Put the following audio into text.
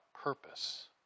purpose